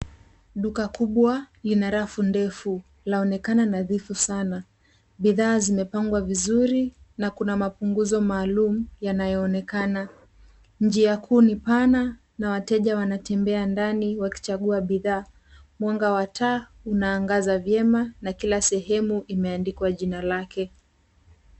Duka kubwa lina rafu ndefu, laonekana nadhifu sana. Bidhaa zimepangwa vizuri na kuna mapunguzo maalum yanayoonekana. Njia kuu ni pana na wateja wanatembea ndani wakichagua bidhaa. Mwanga wa taa unaangaza vyema, na kila sehemu imeandikwa jina lake.